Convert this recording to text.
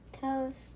toast